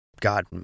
god